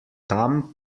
tam